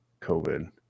COVID